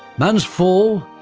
man's fall,